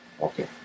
Okay